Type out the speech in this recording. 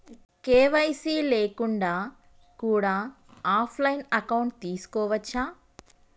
KYC లేకుండా కూడా offline account తీసుకోవచ్చా?